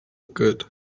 good